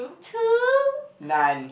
to non